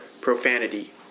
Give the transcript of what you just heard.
profanity